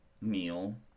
meal